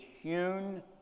hewn